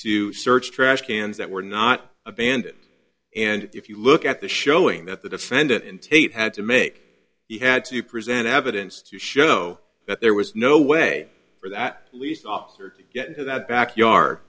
to search trash cans that were not abandoned and if you look at the showing that the defendant in tate had to make he had to present evidence to show that there was no way for that least doctor to get into that back yard